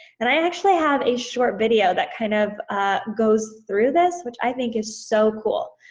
and i actually have a short video that kind of ah goes through this, which i think it's so cool.